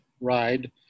ride